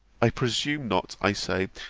i presume not, i say,